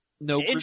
No